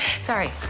Sorry